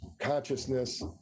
consciousness